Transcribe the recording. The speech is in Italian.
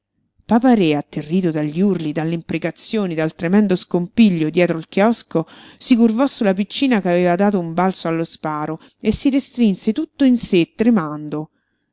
sportello papa-re atterrito dagli urli dalle imprecazioni dal tremendo scompiglio dietro il chiosco si curvò sulla piccina che aveva dato un balzo allo sparo e si restrinse tutto in sé tremando